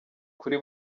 kuri